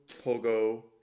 Pogo